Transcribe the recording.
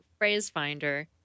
PhraseFinder